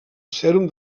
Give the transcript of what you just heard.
sèrum